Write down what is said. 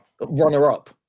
Runner-up